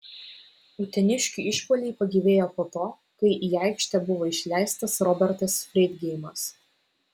uteniškių išpuoliai pagyvėjo po to kai į aikštę buvo išleistas robertas freidgeimas